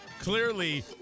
Clearly